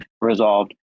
resolved